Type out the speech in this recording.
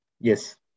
Yes